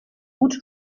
wood